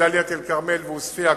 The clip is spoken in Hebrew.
בדאלית-אל-כרמל ובעוספיא,